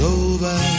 over